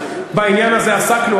בעניין הזה עסקנו,